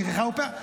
שכחה ופאה.